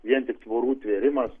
vien tik tvorų tvėrimas